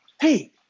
Hey